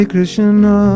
Krishna